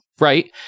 right